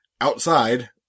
Outside